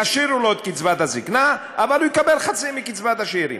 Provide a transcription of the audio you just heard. ישאירו לו את קצבת הזיקנה אבל הוא יקבל חצי מקצבת השאירים.